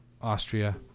Austria